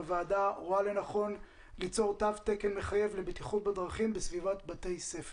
הוועדה רואה לנכון ליצור תו תקן מחייב לבטיחות בדרכים בסביבת בתי ספר.